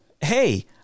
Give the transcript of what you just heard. hey